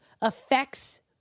affects